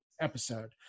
episode